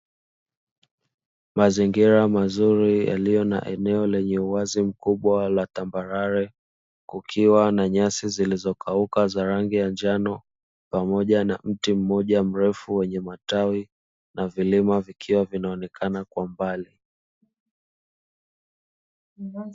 Mazingira mazuri yaliyo na eneo lenye uwazi mkubwa la tambarare kukiwa na nyasi zilizokauka za rangi ya njano, pamoja na mti mmoja mrefu wenye matawi na vilima vikiwa vinaonekana kwa mbali.